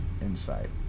inside